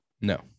No